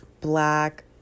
black